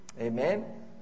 Amen